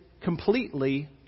completely